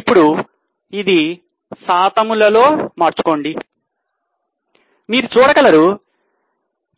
ఇప్పుడు ఇది శాతములు లో మార్చుకోండి మీరు చూడగలరు